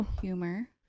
Humor